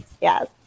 Yes